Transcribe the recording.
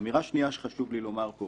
אמירה שנייה שחשוב לי לומר פה